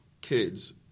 kids